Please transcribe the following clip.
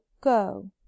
go